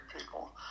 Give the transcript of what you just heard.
people